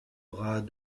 bras